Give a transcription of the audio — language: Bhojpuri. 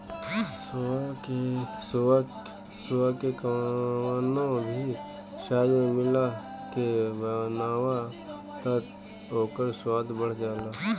सोआ के कवनो भी साग में मिला के बनाव तअ ओकर स्वाद बढ़ जाला